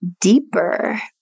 deeper